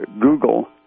Google